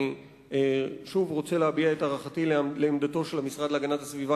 אני רוצה להביע את הערכתי לעמדתו של המשרד להגנת הסביבה,